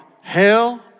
Hell